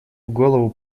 голову